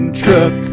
truck